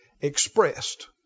expressed